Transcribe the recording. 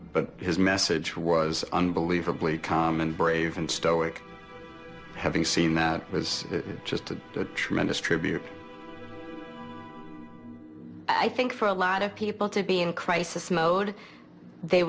but his message was unbelievably calm and brave and stoic having seen that was just a tremendous tribute i think for a lot of people to be in crisis mode they